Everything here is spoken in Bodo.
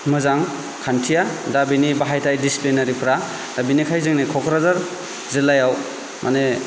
मोजां खान्थिया दा बिनि बाहायनाय डिसिप्लिनारिफ्रा दा बिनिखाय जोंनि क'क्राझार जिल्लायाव मानो